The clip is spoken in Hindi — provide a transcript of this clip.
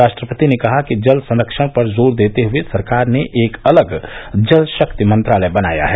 राष्ट्रपति ने कहा कि जल संरक्षण पर जोर देते हए सरकार ने एक अलग जल शक्ति मंत्रालय बनाया है